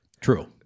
True